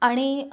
आणि